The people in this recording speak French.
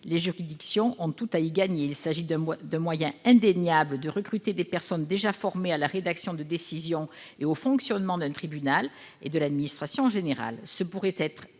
Les juridictions ont tout à y gagner. Il s'agit d'un moyen indéniable de recruter des personnes déjà formées à la rédaction de décisions, connaissant le fonctionnement d'un tribunal et de l'administration en général. De plus, ce